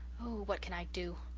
oh, what can i do?